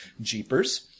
Jeepers